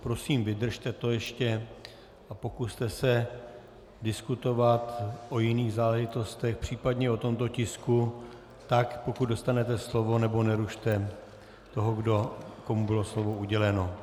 Prosím, vydržte to ještě a pokuste se diskutovat o jiných záležitostech, případně o tomto tisku, pokud dostanete slovo, nebo nerušte toho, komu bylo slovo uděleno.